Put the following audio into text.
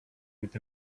with